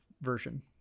version